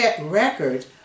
record